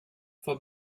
for